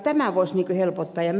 tämä voisi helpottaa